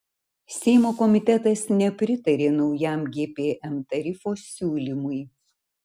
seimo komitetas nepritarė naujam gpm tarifo siūlymui